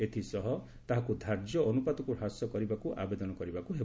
ଏଥିସହ ତାହାକୁ ଧାର୍ଯ୍ୟ ଅନୁପାତକୁହ୍ରାସ କରିବାକୁ ଆବେଦନ କରିବାକୁ ହେବ